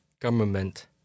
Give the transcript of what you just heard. government